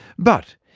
but,